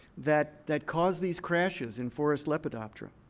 that that cause these crashes in forest lepidoptera,